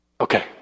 Okay